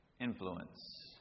influence